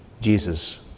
Jesus